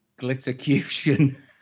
Glittercution